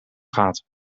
gaat